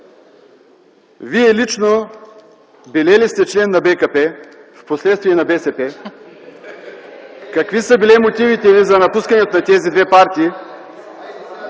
Вие лично били ли сте член на БКП и впоследствие на БСП? Какви са били мотивите Ви за напускането на тези две партии?